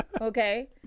Okay